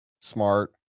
smart